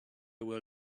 will